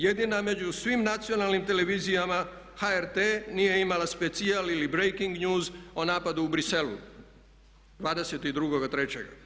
Jedina među svim nacionalnim televizijama HRT nije imala specijal ili brakeing news o napadu u Bruxellesu 22.3.